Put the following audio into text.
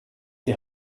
die